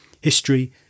history